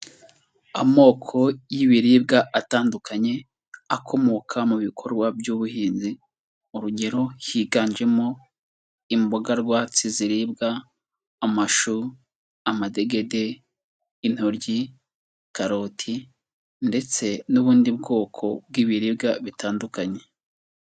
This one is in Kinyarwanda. Amoko y'ibiribwa atandukanye, akomoka mu bikorwa by'ubuhinzi, urugero: higanjemo imboga rwatsi ziribwa, amashu, amadegede, intoryi, karoti ndetse n'ubundi bwoko bw'ibiribwa bitandukanye.